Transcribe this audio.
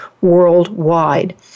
worldwide